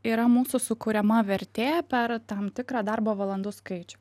yra mūsų sukuriama vertė per tam tikrą darbo valandų skaičių